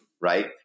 right